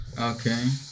Okay